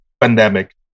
pandemic